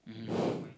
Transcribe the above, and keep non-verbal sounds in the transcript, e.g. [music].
mmhmm [breath]